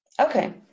Okay